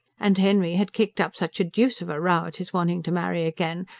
and henry had kicked up such a deuce of a row at his wanting to marry again,